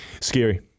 Scary